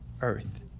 earth